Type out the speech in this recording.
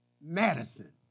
Madison